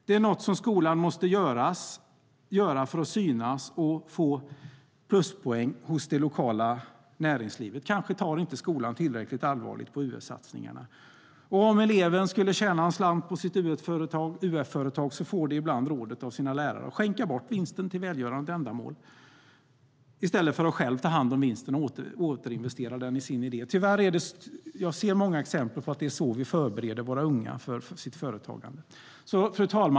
Det är något som skolan måste göra för att synas och få pluspoäng hos det lokala näringslivet. Kanske tar inte skolan tillräckligt allvarligt på UF-satsningarna. Om eleverna skulle tjäna en slant på sitt UF-företag får de ibland rådet att skänka bort vinsten till välgörande ändamål i stället för att själva ta hand om vinsten och återinvestera den i sin idé. Tyvärr ser jag många exempel på att det är så vi förbereder våra unga för deras företagande.